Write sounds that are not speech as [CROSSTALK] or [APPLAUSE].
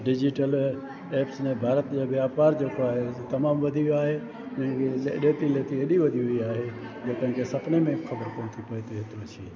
digital nets में भारत में वापार जेको आहे तमामु वधीक आहे [UNINTELLIGIBLE] हेॾी वधी वई आहे जो पंहिंजो सुपिने में बि ख़बर कोन थी पए